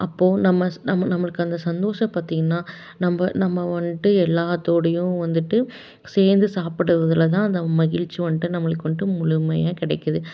அப்போது நம்ம நம்ம நம்மளுக்கு அந்த சந்தோஷம் பார்த்திங்கன்னா நம்ம நம்ம வந்துட்டு எல்லாத்தோடயும் வந்துட்டு சேர்ந்து சாப்பிடுவதுல தான் அந்த மகிழ்ச்சி வந்துட்டு நம்மளுக்கு வந்துட்டு முழுமையாக கிடைக்கிது